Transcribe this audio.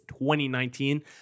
2019